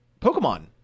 Pokemon